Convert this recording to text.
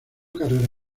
carrera